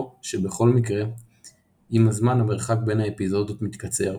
שבכל מקרה עם הזמן המרחק בין האפיזודות מתקצר,